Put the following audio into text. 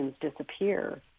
disappear